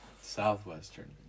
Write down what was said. southwestern